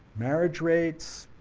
marriage rates,